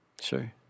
Sure